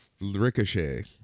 Ricochet